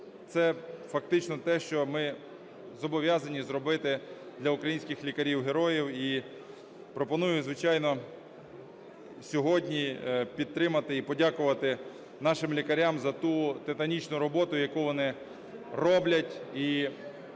Це фактично те, що ми зобов'язані зробити для українських лікарів-героїв. І пропоную, звичайно, сьогодні підтримати і подякувати нашим лікарям за ту титанічну роботу, яку вони роблять,